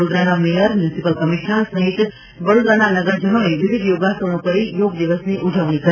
વડોદરાના mayor municipal commissioner સહિત વડોદરાના નગરજનોએ વિવિધ યોગાસનો કરી યોગદિવસની ઉજવણી કરી